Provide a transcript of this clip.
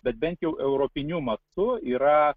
bet bent jau europiniu mastu yra